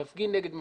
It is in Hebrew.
להפגין נגד ממשלה,